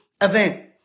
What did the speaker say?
event